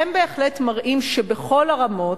הם בהחלט מראים שבכל הרמות,